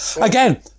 Again